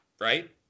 right